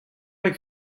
vez